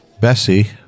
Bessie